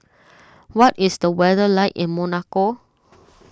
what is the weather like in Monaco